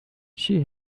she